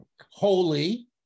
holy